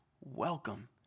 welcome